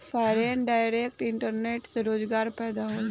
foreign direct investment से रोजगार पैदा होला